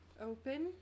open